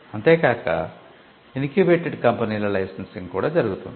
అంతే కాక ఇంక్యుబేటెడ్ కంపెనీల లైసెన్సింగ్ కూడా జరుగుతుంది